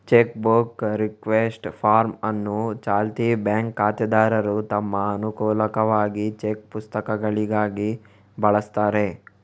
check book request form ಅನ್ನು ಚಾಲ್ತಿ bank ಖಾತೆದಾರರು ತಮ್ಮ ಅನುಕೂಲಕ್ಕಾಗಿ ಚೆಕ್ ಪುಸ್ತಕಗಳಿಗಾಗಿ ಬಳಸ್ತಾರೆ